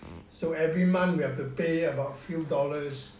so every month we have to pay about few dollars